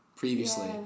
previously